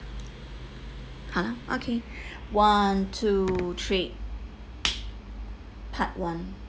ha okay one two three part one